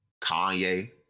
Kanye